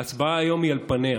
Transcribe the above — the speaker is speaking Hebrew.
ההצבעה היום היא על פניה